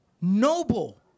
noble